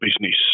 business